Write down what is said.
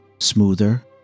smoother